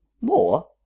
More